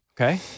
Okay